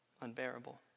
unbearable